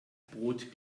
brot